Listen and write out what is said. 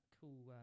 cool